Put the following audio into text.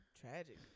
tragic